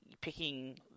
picking